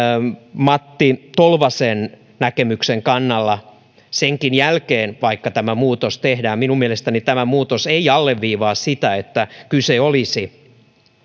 matti tolvasen näkemyksen kannalla senkin jälkeen vaikka tämä muutos tehdään minun mielestäni tämä muutos ei alleviivaa sitä että kyse olisi